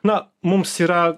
na mums yra